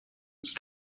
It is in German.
ich